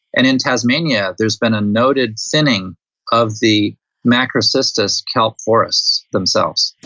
and in tasmania there's been a noted thinning of the macrocystis kelp forests themselves.